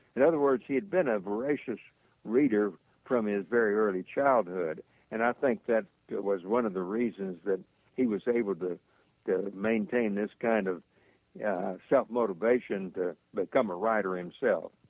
in other words he had been a veracious reader from his very early childhood and i think that was one of the reasons that he was able to maintain this kind of self-motivation to become a writer himself